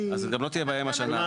אז גם לא תהיה בשנה הזאת.